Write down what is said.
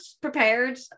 prepared